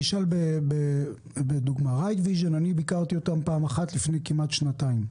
אשאל באמצעות דוגמה: אני ביקרתי פעם אחת ב-ridevision לפני כשנתיים,